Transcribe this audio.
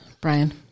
Brian